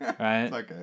Right